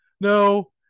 no